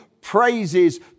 praises